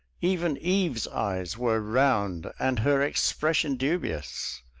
even eve's eyes were round and her expression dubious.